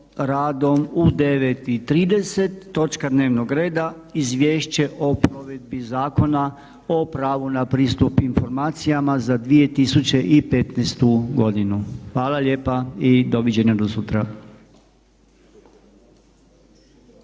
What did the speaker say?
radom u 9,30 sati i točkom dnevnog reda Izvješće o provedbi Zakona o pravu na pristup informacijama za 2015. godinu. Hvala lijepa i doviđenja do sutra!